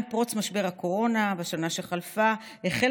עם פרוץ משבר הקורונה בשנה שחלפה החלה